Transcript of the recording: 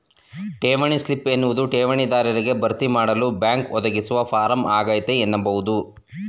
ಠೇವಣಿ ಸ್ಲಿಪ್ ಎನ್ನುವುದು ಠೇವಣಿ ದಾರರಿಗೆ ಭರ್ತಿಮಾಡಲು ಬ್ಯಾಂಕ್ ಒದಗಿಸುವ ಫಾರಂ ಆಗೈತೆ ಎನ್ನಬಹುದು